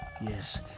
yes